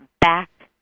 back